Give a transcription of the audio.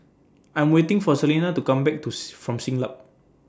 I'm waiting For Salena to Come Back Tooth from Siglap